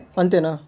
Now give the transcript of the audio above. అంతేనా